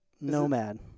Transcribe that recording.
nomad